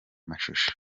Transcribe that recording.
mashusho